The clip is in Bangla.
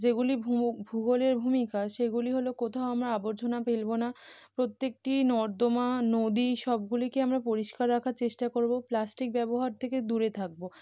যেগুলি ভূব ভূগোলের ভূমিকা সেগুলি হলো কোথাও আমরা আবর্জনা ফেলবো না প্রত্যেকটি নর্দমা নদী সবগুলিকে আমরা পরিষ্কার রাখার চেষ্টা করবো প্লাস্টিক ব্যবহার থেকে দূরে থাকবো